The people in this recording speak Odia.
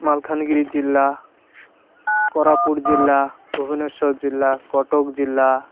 ମାଲକାନଗିରି ଜିଲ୍ଲା କୋରାପୁଟ ଜିଲ୍ଲା ଭୁବନେଶ୍ୱର ଜିଲ୍ଲା କଟକ ଜିଲ୍ଲା